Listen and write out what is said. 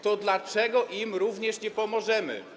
To dlaczego im również nie pomożemy?